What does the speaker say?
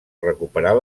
recuperar